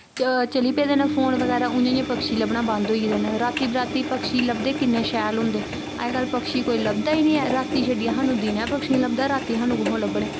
च चली पेदे न फोन बगैरा उ'आं उ'आं पक्षी लब्भना बंद होई गेदे न राती बराती पक्षी लभदे किन्ने शैल होंदे अजकल्ल पक्षी कोई लभदा ही निं ऐ राती छड्डियै स्हानू दिनै पक्षी निं लभदा राती स्हानू कुत्थोआं लब्भने